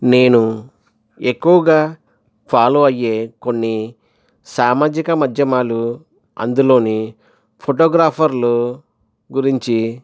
నేను ఎక్కువగా ఫాలో అయ్యే కొన్ని సామాజిక మాధ్యమాలు అందులో ఫోటోగ్రాఫర్లు గురించి